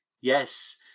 Yes